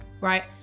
Right